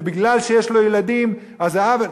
ובגלל שיש לו ילדים אז זה עוול,